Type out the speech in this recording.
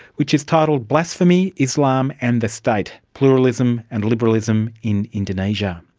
which is titled blasphemy, islam and the state pluralism and liberalism in indonesia.